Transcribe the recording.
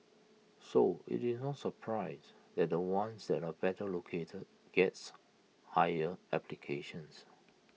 so IT is no surprise that the ones that are better located gets higher applications